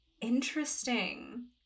Interesting